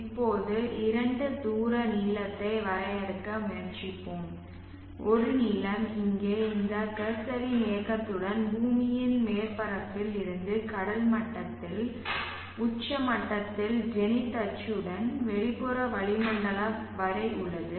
இப்போது இரண்டு தூர நீளத்தை வரையறுக்க முயற்சிப்போம் ஒரு நீளம் இங்கே இந்த கர்சரின் இயக்கத்துடன் பூமியின் மேற்பரப்பில் இருந்து கடல் மட்டத்தில் உச்ச மட்டத்தில் ஜெனித் அச்சுடன் வெளிப்புற வளிமண்டலம் வரை உள்ளது